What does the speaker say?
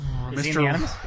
Mr